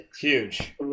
huge